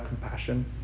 compassion